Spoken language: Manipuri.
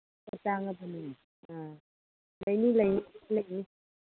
ꯇꯥꯡꯉꯕꯅꯤ ꯑ ꯂꯩꯅꯤ ꯂꯩꯅꯤ ꯂꯩꯅꯤ